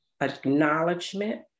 acknowledgement